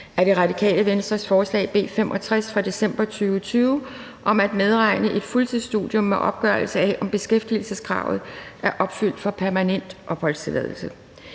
af Det Radikale Venstres forslag B 65 fra december 2020 om at medregne et fuldtidsstudium i opgørelsen af, om beskæftigelseskravet for permanent opholdstilladelse